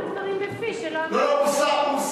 הוא שם דברים, הוא שם דברים בפי שלא אמרתי.